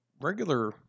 regular